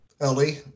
Ellie